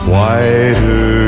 Whiter